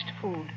food